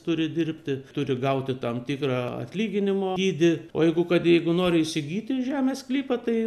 turi dirbti turi gauti tam tikrą atlyginimo dydį o jeigu kad jeigu nori įsigyti žemės sklypą tai